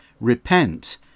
Repent